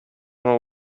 know